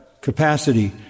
capacity